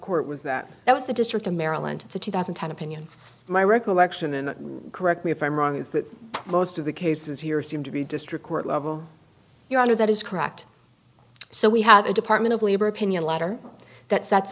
court was that that was the district of maryland to two thousand and ten opinion my recollection and correct me if i'm wrong is that most of the cases here seem to be district court level your honor that is correct so we have a department of labor opinion letter that sets